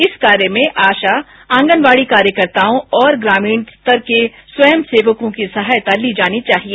इस कार्य में आशा आंगनवाड़ी कार्यकर्ताओं और ग्रामीण स्तर के स्वयंसेवकों की सहायता ली जानी चाहिए